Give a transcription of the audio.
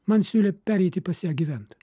man siūlė pereiti pas ją gyvent